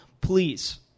please